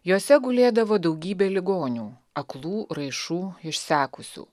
jose gulėdavo daugybė ligonių aklų raišų išsekusių